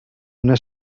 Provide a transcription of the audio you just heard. una